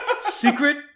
Secret